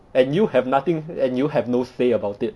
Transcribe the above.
and you have nothing and you have no say about it